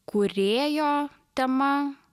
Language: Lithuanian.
kūrėjo tema